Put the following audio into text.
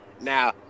Now